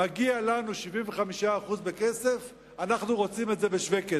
מגיע לנו 75% בכסף, אנחנו רוצים את זה בשווה כסף.